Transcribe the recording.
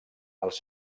als